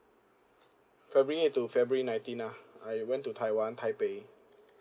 february eight to february nineteen ah I went to taiwan taipei